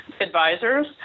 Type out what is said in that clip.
advisors